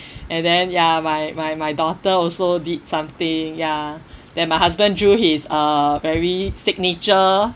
and then ya my my my daughter also did something ya then my husband drew his uh very signature